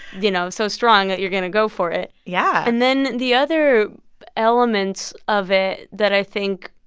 you know, so strong that you're going to go for it yeah and then the other elements of it that i think,